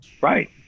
right